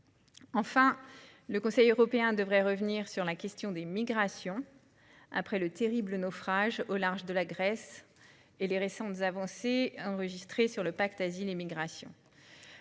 le Conseil européen devrait revenir sur la question des migrations après le terrible naufrage au large de la Grèce et les récentes avancées enregistrées sur le pacte sur la migration